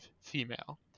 female